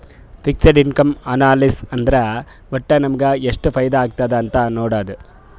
fixed income analysis ಅಂದುರ್ ವಟ್ಟ್ ನಮುಗ ಎಷ್ಟ ಫೈದಾ ಆತ್ತುದ್ ಅಂತ್ ನೊಡಾದು